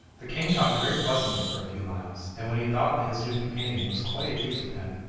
the king talked very pleasantly for a few miles, and when he thought that his new companion was quite at ease with him,